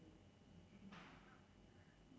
I put the sign the sign towards north beach ah